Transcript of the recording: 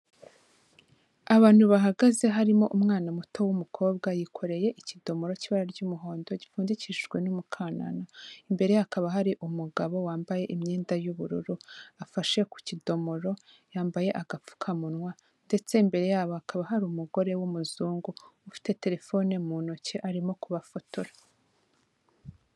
Abantu bahagaze harimo umwana muto w'umukobwa yikoreye ikidomoro cy'ibara ry'umuhondo gipfundikishijwe n'umukanana. Imbere hakaba hari umugabo wambaye imyenda y'ubururu. Afashe ku kidomoro, yambaye agapfukamunwa. Ndetse imbere yabo hakaba hari umugore w'umuzungu ufite telefone mu ntoki arimo kubafotora.